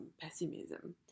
pessimism